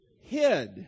hid